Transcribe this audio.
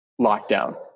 lockdown